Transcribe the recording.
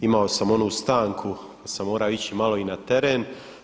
Imao sam onu stanku kada sam morao ići malo i na teren.